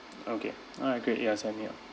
okay all right great ya sign me up